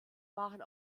waren